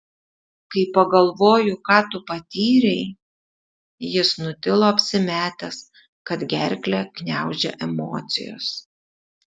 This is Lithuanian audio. kai pagalvoju ką tu patyrei jis nutilo apsimetęs kad gerklę gniaužia emocijos